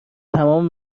تمام